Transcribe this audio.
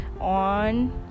on